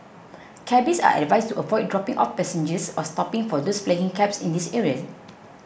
cabbies are advised to avoid dropping off passengers or stopping for those flagging cabs in these areas